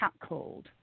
catcalled